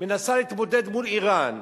מנסה להתמודד מול אירן,